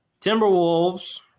Timberwolves